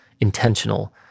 intentional